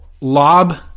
lob